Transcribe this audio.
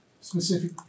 specific